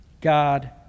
God